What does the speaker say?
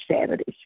Saturdays